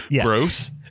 gross